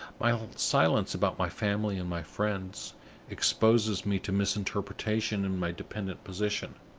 my silence about my family and my friends exposes me to misinterpretation in my dependent position.